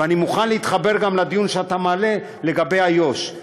ואני מוכן להתחבר גם לדיון שאתה מעלה לגבי איו"ש.